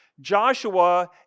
Joshua